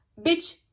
bitch